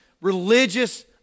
religious